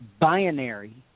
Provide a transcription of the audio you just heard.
binary